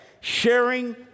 Sharing